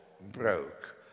broke